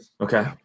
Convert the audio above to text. Okay